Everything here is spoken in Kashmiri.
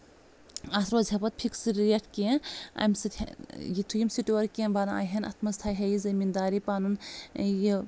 اَتھ روزِ ہا پَتہٕ فِکسٕڈ ریٹ کیٚنٛہہ اَمہِ سۭتۍ یِتُھٕے یِم سٹور کیٚنٛہہ بَنٲیہن اَتھ منٛز تھایِہا یہِ زمیٖن دار یہِ پَنُن یہِ